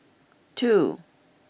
two